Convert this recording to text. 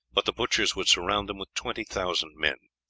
but the butchers would surround them with twenty thousand men.